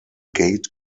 gate